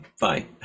Bye